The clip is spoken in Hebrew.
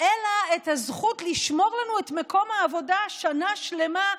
אלא את הזכות לשמור לנו את מקום העבודה שנה שלמה,